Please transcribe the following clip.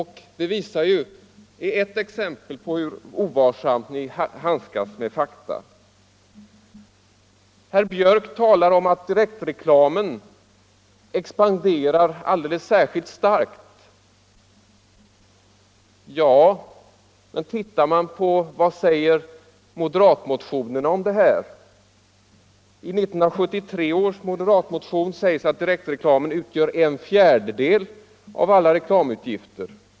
Herr Björck talar om att direktreklamen expanderar alldeles särskilt starkt. Ja, men vad säger moderatmotionerna om detta? I 1973 års moderatmotion sägs att direktreklamen utgör en fjärdedel av alla reklamutgifter.